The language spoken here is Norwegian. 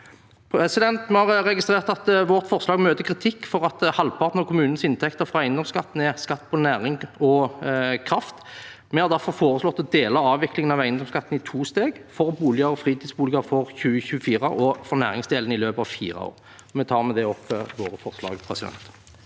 velferdsnivå. Vi har registrert at vårt forslag møter kritikk fordi halvparten av kommunenes inntekter fra eiendomsskatten er en skatt på næring og kraft. Vi har derfor foreslått å dele avviklingen av eiendomsskatten i to steg: for boliger og fritidsboliger for 2024 og for næringsdelen i løpet av fire år. Jeg tar med det opp våre forslag. Presidenten